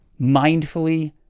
mindfully